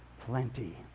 plenty